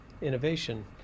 innovation